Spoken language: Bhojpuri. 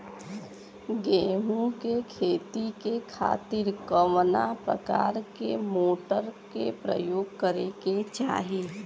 गेहूँ के खेती के खातिर कवना प्रकार के मोटर के प्रयोग करे के चाही?